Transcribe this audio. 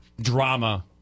drama